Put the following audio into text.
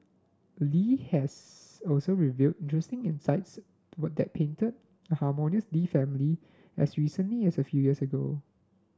Li has also revealed interesting insights what that painted a harmonious Lee family as recently as a few years ago